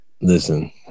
Listen